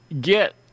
Get